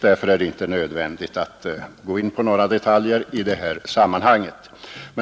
Därför är det inte nödvändigt att gå in på några detaljer i detta sammanhang.